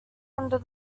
under